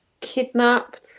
kidnapped